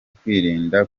kwirinda